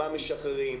מה משחררים,